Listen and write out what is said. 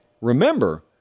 Remember